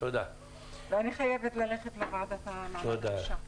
אני חייבת ללכת לוועדה למעמד האישה.